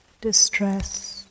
distress